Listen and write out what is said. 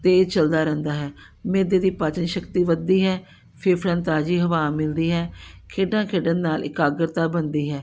ਤੇਜ਼ ਚਲਦਾ ਰਹਿੰਦਾ ਹੈ ਮਿਹਦੇ ਦੀ ਪਾਚਨ ਸ਼ਕਤੀ ਵਧਦੀ ਹੈ ਫੇਫੜਿਆਂ ਨੂੰ ਤਾਜ਼ੀ ਹਵਾ ਮਿਲਦੀ ਹੈ ਖੇਡਾਂ ਖੇਡਣ ਨਾਲ ਇਕਾਗਰਤਾ ਬਣਦੀ ਹੈ